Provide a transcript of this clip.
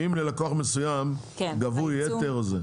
אם ללקוח מסוים גבו יתר או זה.